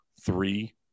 three